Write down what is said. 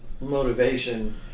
motivation